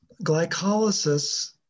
glycolysis